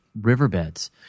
riverbeds